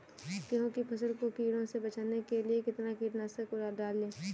गेहूँ की फसल को कीड़ों से बचाने के लिए कितना कीटनाशक डालें?